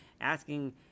asking